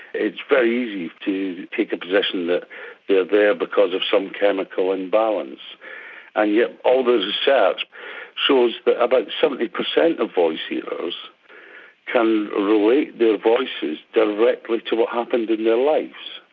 it's very easy to take a position that they're there because of some chemical imbalance and yet all those charts shows that about seventy percent of voice hearers can relate their voices directly to what happened in their lives.